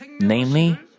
Namely